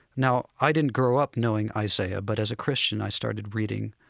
now, i didn't grow up knowing isaiah, but as a christian i started reading,